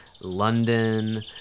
London